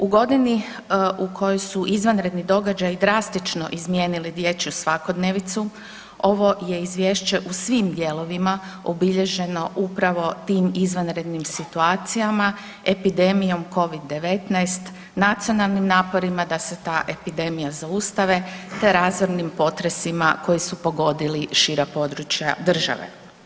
U godini u kojoj su izvanredni događaji drastično izmijenili dječju svakodnevicu, ovo je Izvješće u svim dijelovima obilježeno upravo tim izvanrednim situacijama, epidemijom Covid-19, nacionalnim naporima da se ta epidemija zaustave te razornim potresima koji su pogodili šira područja države.